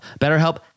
BetterHelp